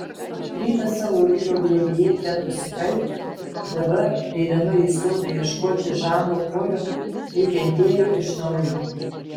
rytą savo vyro glėbyje kentusi kaltę dabar eidama į sodą ieškoti žano polio ji kentėjo iš naujo